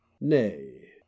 Nay